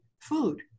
food